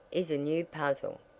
is a new puzzle.